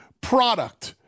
product